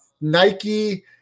Nike